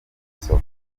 y’isoko